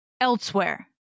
elsewhere